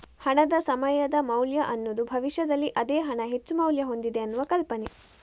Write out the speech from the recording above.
ಹಣದ ಸಮಯದ ಮೌಲ್ಯ ಅನ್ನುದು ಭವಿಷ್ಯದಲ್ಲಿ ಅದೇ ಹಣ ಹೆಚ್ಚು ಮೌಲ್ಯ ಹೊಂದಿದೆ ಅನ್ನುವ ಕಲ್ಪನೆ